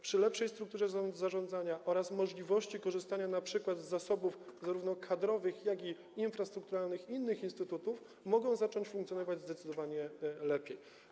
Przy lepszej strukturze zarządzania oraz możliwości korzystania, np. z zasobów zarówno kadrowych, jak i infrastrukturalnych innych instytutów, mogą zacząć funkcjonować zdecydowanie lepiej.